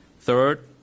Third